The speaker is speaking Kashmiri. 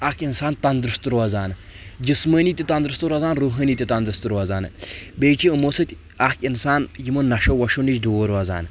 اکھ انسان تندرست روزان جسمٲنی تہِ تندرست روزان روٗحٲنی تہِ تندرست روزان بیٚیہِ چھ أمو سۭتۍ اکھ انسان یِمو نشو وشو نِش دوٗر روزان